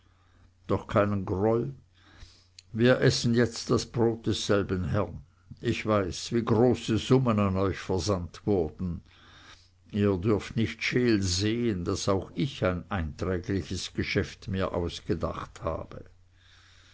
doch keinen groll wir essen jetzt das brot desselben herrn ich weiß wie große summen an euch versandt wurden ihr dürft nicht scheel sehen daß auch ich ein einträgliches geschäft mir ausgedacht habe